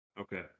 Okay